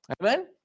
Amen